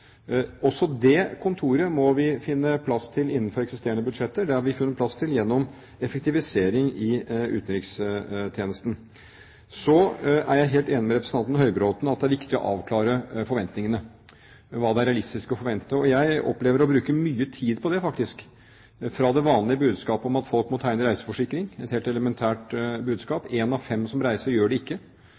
Også det kontoret må vi finne plass til innenfor eksisterende budsjetter, og det har vi funnet plass til gjennom effektivisering i utenrikstjenesten. Så er jeg helt enig med representanten Høybråten i at det er viktig å avklare forventningene – hva det er realistisk å forvente. Jeg opplever å bruke mye tid på det, faktisk, fra det vanlige budskapet om at folk må tegne reiseforsikring – et helt elementært budskap, en av fem som reiser, gjør det ikke.